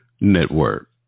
Network